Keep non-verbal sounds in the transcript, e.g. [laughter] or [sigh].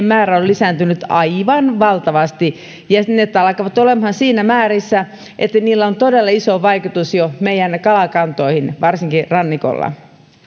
[unintelligible] määrä on lisääntynyt aivan valtavasti ja ne alkavat olemaan niissä määrissä että niillä on jo todella iso vaikutus meidän kalakantoihimme varsinkin rannikolla